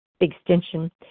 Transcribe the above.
extension